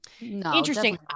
Interesting